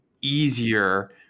easier